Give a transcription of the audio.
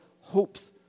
hopes